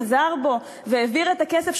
חזר בו והעביר את הכסף,